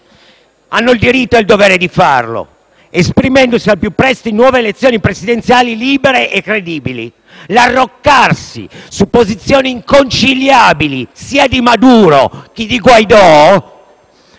hanno il diritto e il dovere di farlo, esprimendosi al più presto in nuove elezioni presidenziali libere e credibili. L'arroccarsi su posizioni inconciliabili, sia di Maduro che di Guaidó,